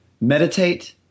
Meditate